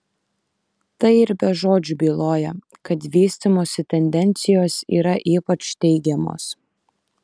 tai ir be žodžių byloja kad vystymosi tendencijos yra ypač teigiamos